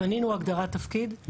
בנינו הגדרת תפקיד,